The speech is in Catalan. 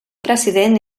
president